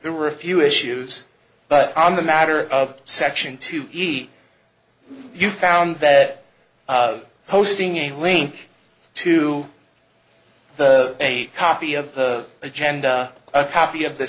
there were a few issues but on the matter of section two eat you found that posting a link to the a copy of the agenda a copy of the